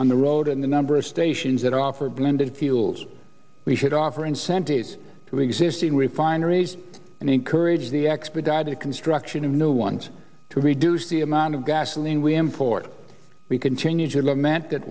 on the road and the number of stations that offer blended fuels we should offer incentives to existing refineries and encourage the expedited construction of new ones to reduce the amount of gasoline we import we continue to lament that